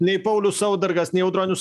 nei paulius saudargas nei audronius